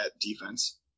defense